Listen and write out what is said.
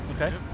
okay